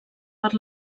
per